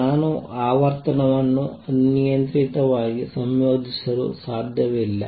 ನಾನು ಆವರ್ತನವನ್ನು ಅನಿಯಂತ್ರಿತವಾಗಿ ಸಂಯೋಜಿಸಲು ಸಾಧ್ಯವಿಲ್ಲ